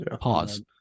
pause